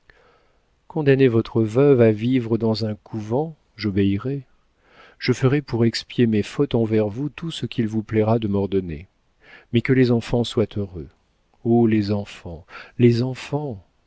condamnez votre veuve à vivre dans un couvent j'obéirai je ferai pour expier mes fautes envers vous tout ce qu'il vous plaira de m'ordonner mais que les enfants soient heureux oh les enfants les enfants